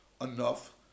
enough